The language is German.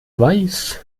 weiß